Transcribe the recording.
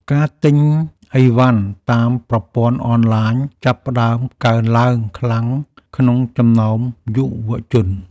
ការទិញឥវ៉ាន់តាមប្រព័ន្ធអនឡាញ ចាប់ផ្ដើមកើនឡើងខ្លាំងក្នុងចំណោមយុវជន។